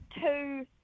two